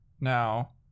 Now